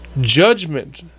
judgment